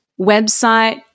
website